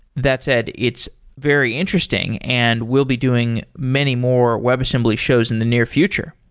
that said, it's very interesting and we'll be doing many more webassembly shows in the near future.